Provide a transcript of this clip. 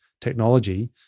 technology